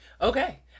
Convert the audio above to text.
okay